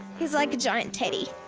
he's like a giant teddy.